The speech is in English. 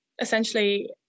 essentially